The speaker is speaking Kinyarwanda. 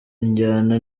injyana